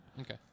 Okay